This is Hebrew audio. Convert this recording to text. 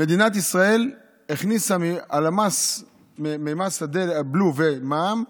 מדינת ישראל הכניסה ממס הבלו וממע"מ,